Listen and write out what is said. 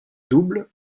double